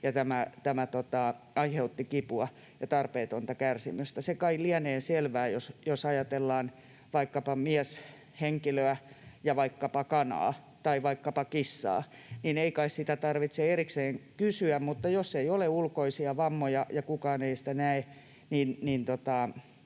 tämä aiheutti kipua ja tarpeetonta kärsimystä. Se kai lienee selvää, jos ajatellaan vaikkapa mieshenkilöä ja vaikkapa kanaa tai vaikkapa kissaa, että ei kai sitä tarvitse erikseen kysyä, mutta jos ei ole ulkoisia vammoja ja kukaan ei sitä näe,